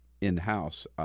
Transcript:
in-house